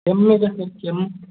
ಕೆಮ್ಮಿದೆ sir ಕೆಮ್ಮು